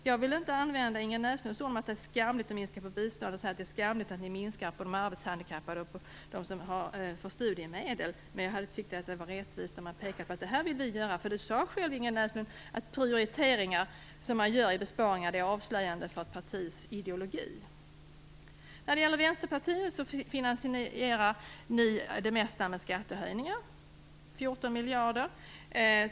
Jag vill inte använda Inger Näslunds ord om att det är skamligt att minska på biståndet och säga att det är skamligt att ni minskar på de arbetshandikappade och på dem som får studiemedel, men jag hade tyckt att det var rättvist om ni hade pekat på vad ni ville göra. Inger Näslund sade själv att de prioriteringar man gör i fråga om besparingar är avslöjande för ett partis ideologi. Vänsterpartiet finansierar det mesta med skattehöjningar - 14 miljarder.